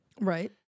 Right